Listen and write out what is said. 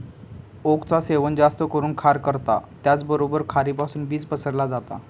ओकचा सेवन जास्त करून खार करता त्याचबरोबर खारीपासुन बीज पसरला जाता